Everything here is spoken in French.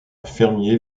fermier